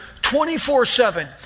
24-7